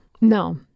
No